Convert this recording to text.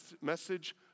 message